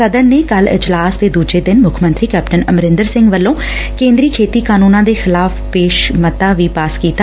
ਸਦਨ ਨੇ ਕੱਲ ਇਜਲਾਸ ਦੇ ਦੁਜੇ ਦਿਨ ਮੁੱਖ ਮੰਤਰੀ ਕੈਪਟਨ ਅਮਰੰਦਰ ਸਿੰਘ ਵੱਲੋ' ਕੇ'ਦਰੀ ਖੇਡੀ ਕਾਨੰਨਾ ਦੇ ਖਿਲਾਫ਼ ਪੇਸ਼ ਮੱਤਾ ਵੀ ਪਾਸ ਕੀਤਾ